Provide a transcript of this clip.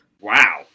Wow